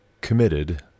committed